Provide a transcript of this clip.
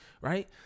right